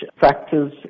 factors